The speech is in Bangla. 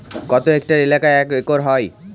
কত হেক্টর এলাকা এক একর হয়?